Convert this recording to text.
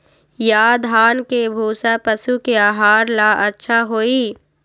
या धान के भूसा पशु के आहार ला अच्छा होई?